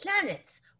planets